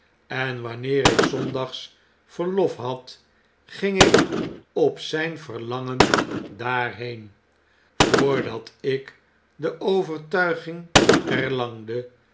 en wanneer ik zdndags verlof had ging ik op zijn verlangen daarheen voordat ik de overtuiging erlangde